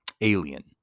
Alien